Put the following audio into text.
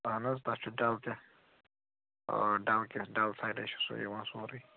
اہَن حظ تتھ چھُ ڈل تہِ ڈل کیاہ ڈل تھرے چھِ سُہ یوان سورٕے